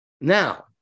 Now